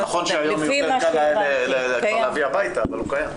זה נכון שהיום יותר קל להביא הביתה, אבל הוא קיים.